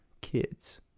kids